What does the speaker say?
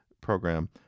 program